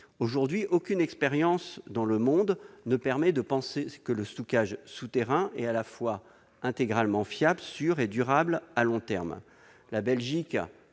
Aujourd'hui, aucune expérience dans le monde ne permet de penser que le stockage souterrain est absolument sûr, fiable et durable à long terme. La Belgique